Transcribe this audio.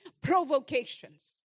provocations